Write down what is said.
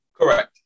Correct